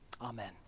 amen